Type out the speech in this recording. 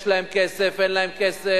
יש להם כסף, אין להם כסף,